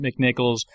McNichols